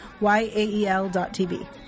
Y-A-E-L.tv